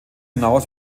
hinaus